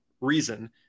reason